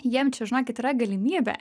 jiem čia žinokit yra galimybė